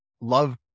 love